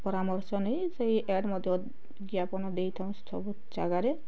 ପରାମର୍ଶ ନେଇ ସେଇ ଆଡ଼ ମଧ୍ୟ ବିଜ୍ଞାପନ ଦେଇଥାଉ ସବୁ ଜାଗାରେ